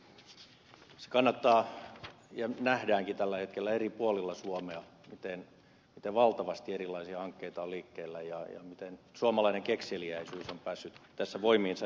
se kannattaa nähdä ja nähdäänkin tällä hetkellä eri puolilla suomea miten valtavasti erilaisia hankkeita on liikkeellä ja miten suomalainen kekseliäisyys on päässyt tässä voimiinsa